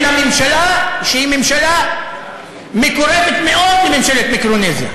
אלא ממשלה שהיא ממשלה מקורבת מאוד לממשלת מיקרונזיה,